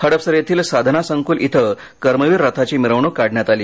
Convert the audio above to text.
हडपसर येथील साधना संकूल इथं कर्मवीर रथाची मिरवणूक काढण्यात आली